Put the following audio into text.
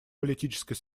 политической